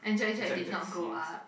Jack Jack scenes